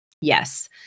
Yes